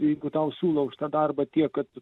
jeigu tau siūlo už tą darbą tiek kad